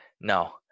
no